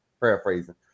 paraphrasing